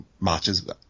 matches